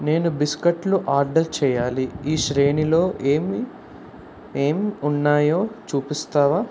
నేను బిస్కెట్లు ఆర్డర్ చేయాలి ఈ శ్రేణిలో ఏమి ఏం ఉన్నాయో చూపిస్తావా